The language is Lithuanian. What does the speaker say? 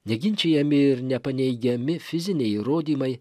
neginčijami ir nepaneigiami fiziniai įrodymai